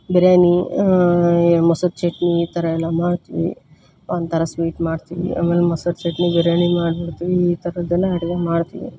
ಬಿರ್ಯಾನಿ ಮೊಸರು ಚಟ್ನಿ ಈ ಥರಯೆಲ್ಲ ಮಾಡ್ತೀನಿ ಒಂಥರ ಸ್ವೀಟ್ ಮಾಡ್ತೀನಿ ಆಮೇಲೆ ಮೊಸರು ಚಟ್ನಿ ಬಿರ್ಯಾನಿ ಮಾಡ್ಬಿಡ್ತೀನಿ ಈ ಥರದ್ದೆಲ್ಲ ಅಡುಗೆ ಮಾಡ್ತೀನಿ